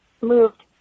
Moved